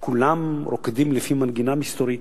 כולם רוקדים לפי מנגינה מסתורית,